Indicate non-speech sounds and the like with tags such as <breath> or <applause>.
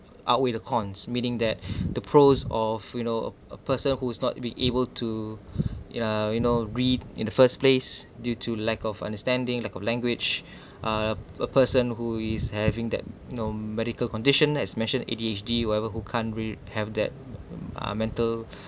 outweigh the cons meaning that <breath> the pros of you know a a person who is not be able to <breath> uh you know read in the first place due to lack of understanding lack of language <breath> uh a person who is having that you know medical condition as mentioned A_D_H_D whoever who can't really have that uh mental